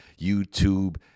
YouTube